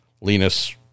Linus